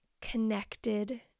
connected